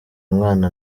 umwana